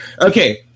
Okay